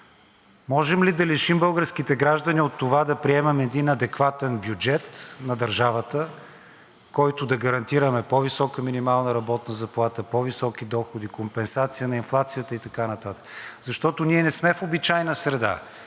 Може ли да лишим българските граждани от това да приемем един адекватен бюджет на държавата, в който да гарантираме по-висока минимална работна заплата, по-високи доходи, компенсация на инфлацията и така нататък, защото ние не сме в обичайна среда